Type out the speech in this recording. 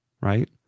right